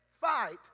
fight